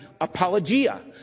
apologia